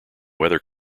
weather